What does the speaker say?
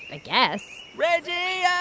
i guess reggie, yeah